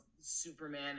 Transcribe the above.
Superman